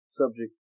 subject